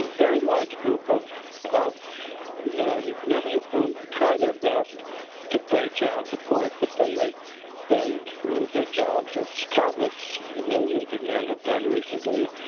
and very large group of of men, many of whom try their best to pay child support, but then they they lose their job so as countless millions of men have done recently.